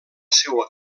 seua